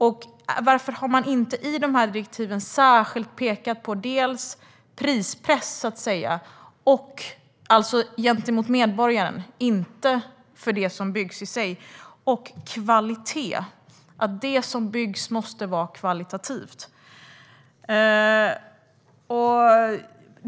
Och varför har man inte i direktiven särskilt pekat på prispress gentemot medborgaren, inte för det som byggs, och på kvalitet - att det som byggs måste vara av hög kvalitet?